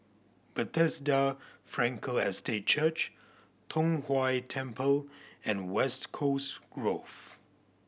Bethesda Frankel Estate Church Tong Whye Temple and West Coast Grove